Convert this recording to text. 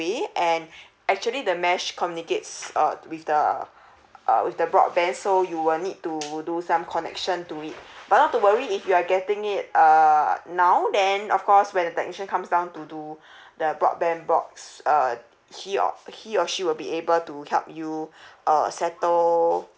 way and actually the mesh communicate uh with the uh with the broadband so you will need to do some connection to it but not to worry if you're getting it err now then of course when the technician comes down to do the broadband box err he or he or she will be able to help you err settle